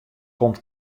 komt